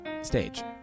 stage